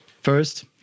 first